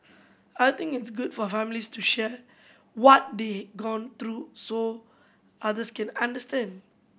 I think it's good for families to share what they gone through so others can understand